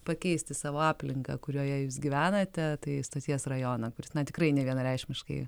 pakeisti savo aplinką kurioje jūs gyvenate tai stoties rajoną kuris na tikrai nevienareikšmiškai